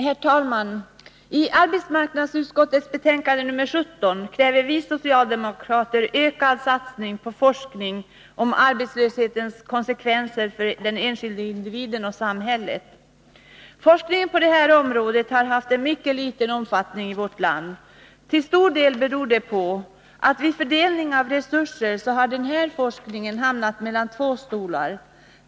Herr talman! I arbetsmarknadsutskottets betänkande nr 17 kräver vi socialdemokrater ökad satsning på forskning om arbetslöshetens konsekvenser för den enskilde individen och samhället. Forskningen på detta område har haft en mycket liten omfattning i vårt land. Till stor del beror det på att vid fördelning av resurser har den här forskningen hamnat mellan två stolar.